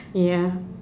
ya